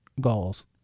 goals